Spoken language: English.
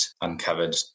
uncovered